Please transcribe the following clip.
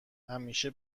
همیشه